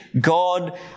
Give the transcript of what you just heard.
God